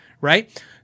right